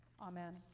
Amen